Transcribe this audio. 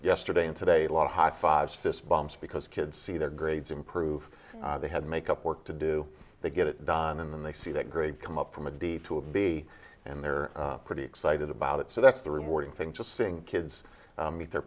yesterday and today a lot of high fives fist bumps because kids see their grades improve they had make up work to do they get it done and then they see that grade come up from a d to a b and they're pretty excited about it so that's the rewarding thing just seeing kids meet their